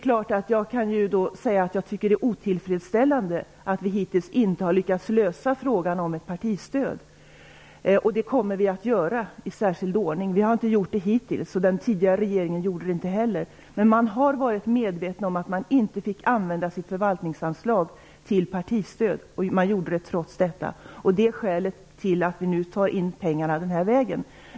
Visst kan jag säga att det är otillfredsställande att vi hittills inte har lyckats lösa frågan om ett partistöd. Det kommer vi att göra i särskild ordning. Vi har hittills inte gjort det, och inte heller den tidigare regeringen gjorde det. Man har varit medveten om att man inte fick använda sitt förvaltningsanslag till partistöd, och trots det gjorde man det. Det är skälet till att vi nu drar in pengarna den här vägen.